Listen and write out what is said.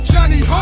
Johnny